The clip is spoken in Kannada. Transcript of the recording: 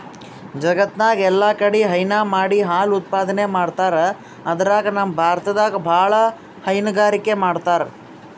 ಜಗತ್ತ್ನಾಗ್ ಎಲ್ಲಾಕಡಿ ಹೈನಾ ಮಾಡಿ ಹಾಲ್ ಉತ್ಪಾದನೆ ಮಾಡ್ತರ್ ಅದ್ರಾಗ್ ನಮ್ ಭಾರತದಾಗ್ ಭಾಳ್ ಹೈನುಗಾರಿಕೆ ಮಾಡ್ತರ್